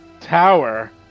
Tower